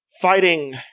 fighting